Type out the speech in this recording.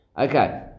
okay